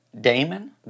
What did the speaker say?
Damon